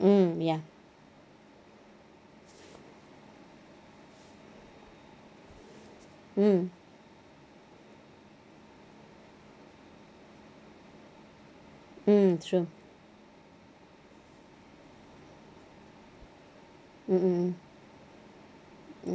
mm ya mm mm true mmhmm oh